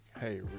hey